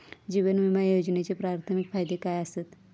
जीवन विमा योजनेचे प्राथमिक फायदे काय आसत?